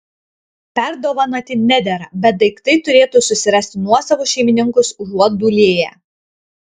perdovanoti nedera bet daiktai turėtų susirasti nuosavus šeimininkus užuot dūlėję